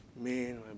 man